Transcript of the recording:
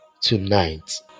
tonight